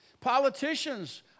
Politicians